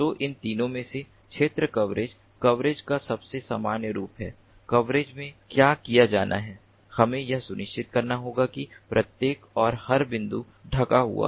तो इन तीनों में से क्षेत्र कवरेज कवरेज का सबसे सामान्य रूप है कवरेज में क्या किया जाना है हमें यह सुनिश्चित करना होगा कि प्रत्येक और हर बिंदु ढका हुआ